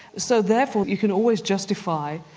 so therefore you can always justify,